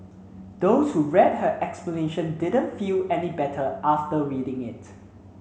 those who read her explanation didn't feel any better after reading it